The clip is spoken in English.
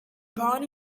born